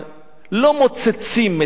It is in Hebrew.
לא מוצצים את המשק הישראלי,